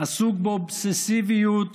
עסוק באובססיביות